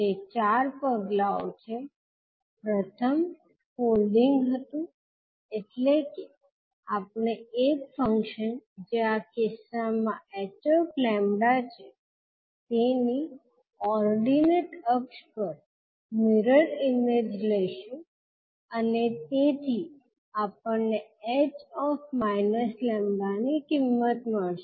તે ચાર પગલાઓ છે પ્રથમ ફોલ્ડિંગ હતું એટલે કે આપણે એક ફંકશન જે આ કિસ્સા માં ℎ𝜆 છે તેની ઓર્ડિનેટ અક્ષ પર મિરર ઇમેજ લઈશું અને તેથી આપણને ℎ −𝜆 ની કિંમત મળશે